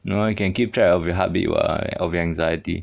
you know you can keep track of your heartbeat were of anxiety